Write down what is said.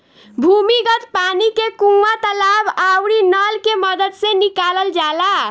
भूमिगत पानी के कुआं, तालाब आउरी नल के मदद से निकालल जाला